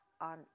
on